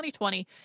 2020